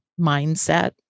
mindset